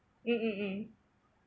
mm mm mm